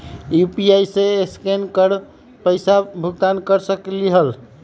UPI से scan कर पईसा भुगतान कर सकलीहल?